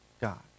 God